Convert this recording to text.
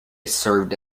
served